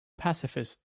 pacifist